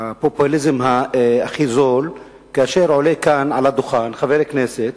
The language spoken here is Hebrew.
והפופוליזם הכי זול, כאשר עולה לדוכן חבר כנסת